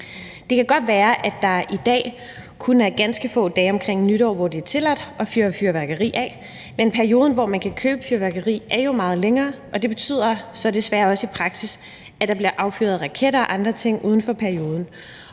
Det kan godt være, at der i dag kun er ganske få dage omkring nytår, hvor det er tilladt at fyre fyrværkeri af, men perioden, hvor man kan købe fyrværkeri, er jo meget længere, og det betyder så desværre også i praksis, at der bliver affyret raketter og andre ting af uden for perioden.